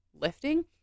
lifting